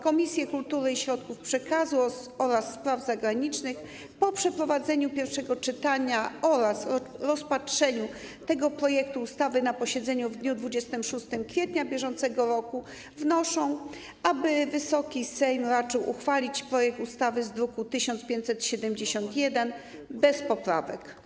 Komisja Kultury i Środków Przekazu oraz Komisja Spraw Zagranicznych po przeprowadzeniu pierwszego czytania oraz rozpatrzeniu tego projektu ustawy na posiedzeniu w dniu 26 kwietnia br. wnoszą, aby Wysoki Sejm raczył uchwalić projekt ustawy z druku nr 1571 bez poprawek.